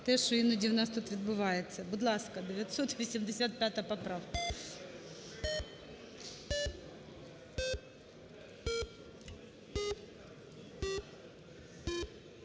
те, що іноді в нас тут відбувається. Будь ласка, 985 поправка.